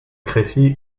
crécy